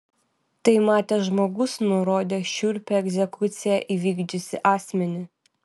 tai matęs žmogus nurodė šiurpią egzekuciją įvykdžiusį asmenį